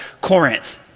Corinth